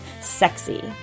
sexy